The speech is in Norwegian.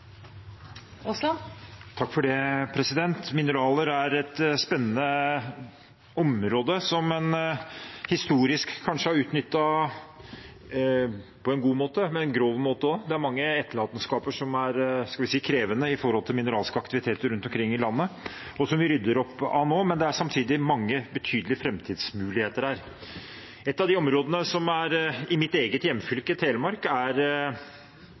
inn for de to forslagene. Mineraler er et spennende område, som en historisk kanskje har utnyttet på en god måte, men også en grov måte. Det er mange etterlatenskaper som er – skal vi si – krevende etter mineralske aktiviteter rundt omkring i landet, og som vi rydder opp i nå, men det er samtidig mange betydelige framtidsmuligheter her. Et av de områdene som har potensial i mitt eget hjemfylke, Telemark, er